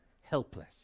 Helpless